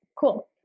cool